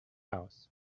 house